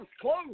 close